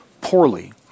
poorly